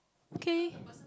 okay